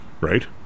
Right